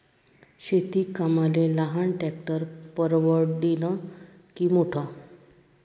शेती कामाले लहान ट्रॅक्टर परवडीनं की मोठं?